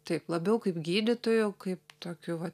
taip labiau kaip gydytojo kaip tokiu va